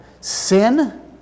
Sin